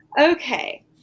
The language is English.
Okay